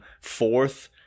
fourth